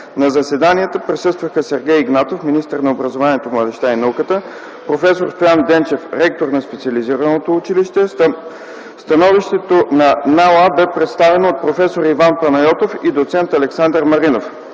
На заседанието присъстваха: Сергей Игнатов – министър на образованието, младежта и науката, и проф. Стоян Денчев – ректор на специализираното училище. Становището на НАОА бе представено от проф. Иван Панайотов и доц. Александър Маринов.